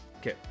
Okay